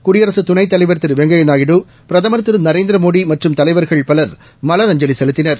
குடியரசுத் துணைத்தலைவர் திரு வெங்கையா நாயுடு பிரதமர் திரு நரேந்திரமோடி மற்றும் தலைவர்கள் பலர் மலரஞ்சலி செலுத்தினர்